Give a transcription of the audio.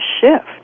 shift